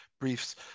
briefs